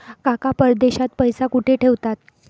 काका परदेशात पैसा कुठे ठेवतात?